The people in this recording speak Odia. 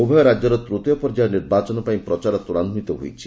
ଉଭୟ ରାଜ୍ୟର ତୃତୀୟ ପର୍ଯ୍ୟାୟ ନିର୍ବାଚନ ପାଇଁ ପ୍ରଚାର ତ୍ୱରାନ୍ଧିତ ହୋଇଛି